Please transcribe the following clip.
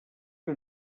que